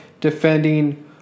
defending